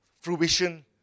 fruition